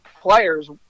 players